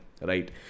right